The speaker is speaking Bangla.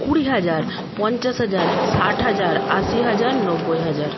কুড়ি হাজার পঞ্চাশ হাজার ষাট হাজার আশি হাজার নব্বই হাজার